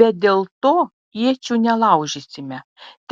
bet dėl to iečių nelaužysime